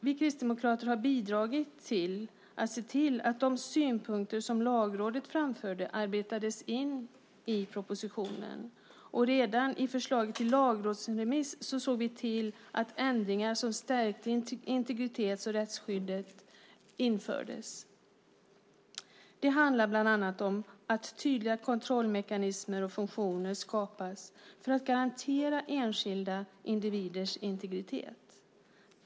Vi kristdemokrater har bidragit till att se till att de synpunkter som Lagrådet framförde arbetades in i propositionen. Redan i förslaget till lagrådsremiss såg vi till att ändringar som stärker integritets och rättsskyddet infördes. Det handlar bland annat om att tydliga kontrollmekanismer och funktioner skapas för att garantera enskilda individers integritet.